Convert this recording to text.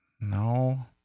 No